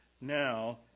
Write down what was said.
now